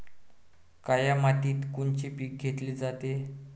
काळ्या मातीत कोनचे पिकं घेतले जाते?